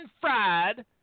Fried